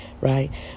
right